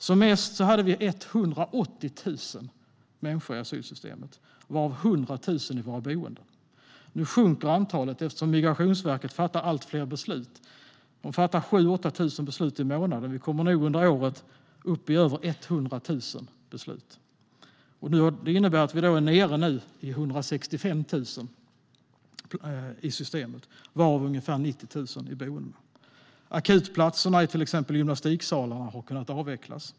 Som mest hade vi 180 000 människor i asylsystemet, varav 100 000 i våra boenden. Nu sjunker antalet eftersom Migrationsverket fattar allt fler beslut. De fattar 7 000-8 000 beslut i månaden och kommer nog under året upp i över 100 000 beslut. Det innebär att vi nu är nere på 165 000 i systemet, varav ungefär 90 000 i boendena. Akutplatserna i till exempel gymnastiksalar har kunnat avvecklas.